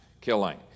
killing